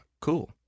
cool